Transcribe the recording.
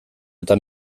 eta